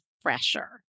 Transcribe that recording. fresher